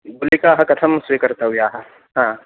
गुळिकाः कथं स्वीकर्तव्याः हा